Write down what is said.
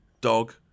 Dog